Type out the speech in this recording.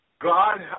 God